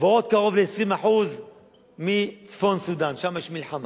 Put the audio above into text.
עוד קרוב ל-20% מצפון-סודן, שם יש מלחמה,